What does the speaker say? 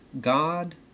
God